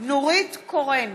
נורית קורן,